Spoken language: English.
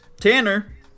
Tanner